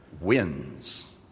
wins